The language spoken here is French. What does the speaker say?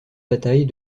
bataille